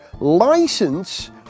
license